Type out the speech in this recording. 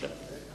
בבקשה.